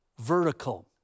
vertical